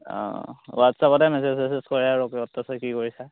অঁ হোৱাটছআপতে মেছেজ ছেছেজ কৰে আৰু ক'ত আছা কি কৰিছা